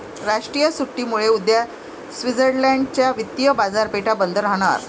राष्ट्रीय सुट्टीमुळे उद्या स्वित्झर्लंड च्या वित्तीय बाजारपेठा बंद राहणार